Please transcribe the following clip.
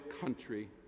country